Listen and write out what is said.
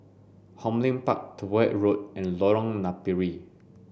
Hong Lim Park Tyrwhitt Road and Lorong Napiri